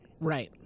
right